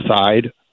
side